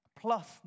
plus